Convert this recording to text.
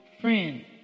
friend